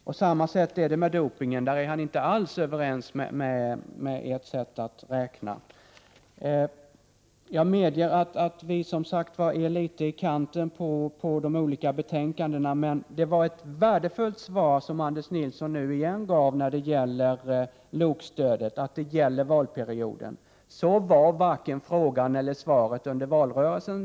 På samma sätt är det med dopingen — där är han inte alls överens med er om sättet att räkna. Jag medger att vi nu litet är inne på utkanterna av det som behandlas i de andra betänkandena, men det var ett värdefullt svar som Anders Nilsson på nytt gav om LOK-stödet: löftet gäller under valperioden. Så var dock varken frågan eller svaret under valrörelsen.